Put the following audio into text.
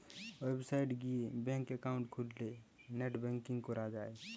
website গিয়ে bank account খুললে net banking করা যায়